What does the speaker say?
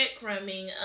crumbing